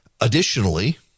Additionally